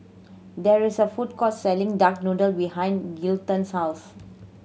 there is a food court selling duck noodle behind Glendon's house